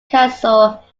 castle